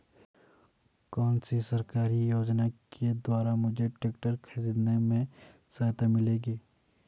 कौनसी सरकारी योजना के द्वारा मुझे ट्रैक्टर खरीदने में सहायता मिलेगी?